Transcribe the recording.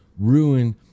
Ruin